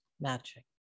matching